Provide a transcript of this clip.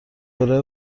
کره